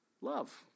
love